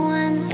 one